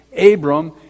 Abram